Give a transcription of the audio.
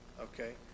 Okay